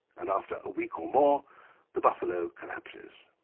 and after a week or more the buffalo collapses.